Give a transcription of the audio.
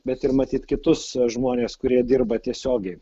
bet ir matyt kitus žmones kurie dirba tiesiogiai